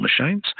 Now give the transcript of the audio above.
machines